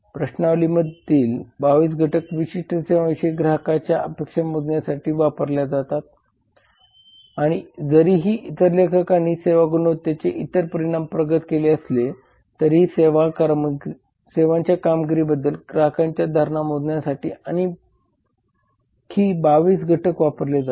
प्रश्नावलीतील 22 घटक विशिष्ट सेवांविषयी ग्राहकांच्या अपेक्षा मोजण्यासाठी वापरल्या जातात आणि जरीही इतर लेखकांनी सेवा गुणवत्तेचे इतर परिमाण प्रगत केले असले तरीही सेवांच्या कामगिरीबद्दल ग्राहकांच्या धारणा मोजण्यासाठी आणखी 22 घटक वापरले जातात